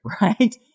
right